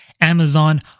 Amazon